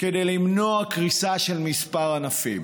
כדי למנוע קריסה של כמה ענפים.